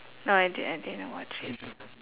no idea I didn't watch it